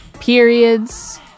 periods